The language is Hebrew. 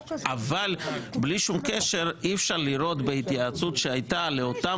אבל בלי שום קשר אי אפשר לראות בהתייעצות שהייתה לאותם